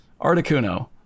Articuno